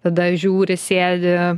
tada žiūri sėdi